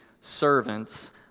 servants